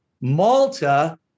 Malta